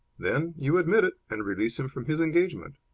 then you admit it and release him from his engagement.